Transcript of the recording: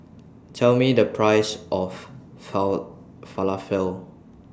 Tell Me The Price of Falafel